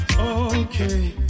Okay